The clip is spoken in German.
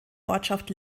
ortschaft